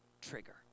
trigger